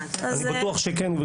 אני בטוח שכן.